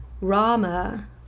Rama